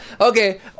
Okay